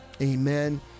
Amen